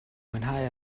mwynhau